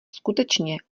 skutečně